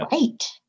right